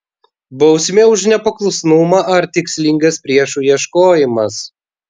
bausmė už nepaklusnumą ar tikslingas priešų ieškojimas